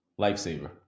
Lifesaver